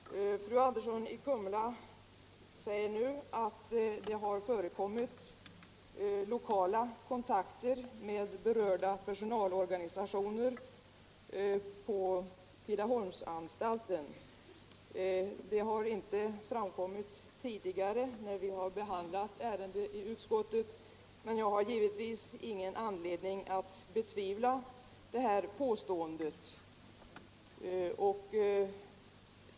Herr talman! Fru Andersson i Kumla sade nu att det har förekommit lokala kontakter med berörda personalorganisationer på Tidaholmsanstalten. Det har inte framkommit tidigare, när vi har behandlat ärendet i utskottet, men jag har givetvis ingen anledning att betvivla påståendet.